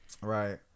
Right